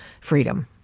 freedom